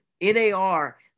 NAR